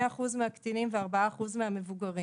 אחוז מהקטינים וארבעה אחוז מהמבוגרים.